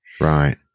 Right